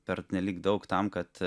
pernelyg daug tam kad